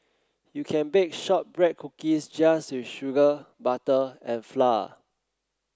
you can bake shortbread cookies just with sugar butter and flour